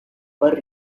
were